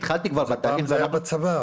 ראדי, תוכל אחרי זה להרחיב בבקשה בנושא,